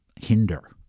hinder